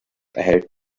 erhält